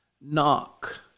Knock